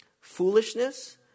foolishness